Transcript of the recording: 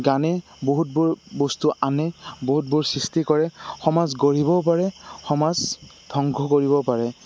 গানে বহুতবোৰ বস্তু আনে বহুতবোৰ সৃষ্টি কৰে সমাজ গঢ়িবও পাৰে সমাজ ধ্বংস কৰিব পাৰে